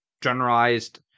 generalized